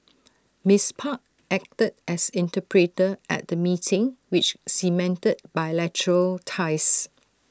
miss park acted as interpreter at the meeting which cemented bilateral ties